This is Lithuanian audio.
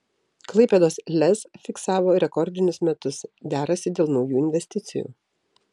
klaipėdos lez fiksavo rekordinius metus derasi dėl naujų investicijų